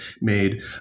made